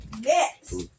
Yes